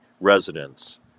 residents